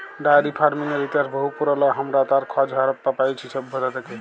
diary ফার্মিংয়ের ইতিহাস বহু পুরল, হামরা তার খজ হারাপ্পা পাইছি সভ্যতা থেক্যে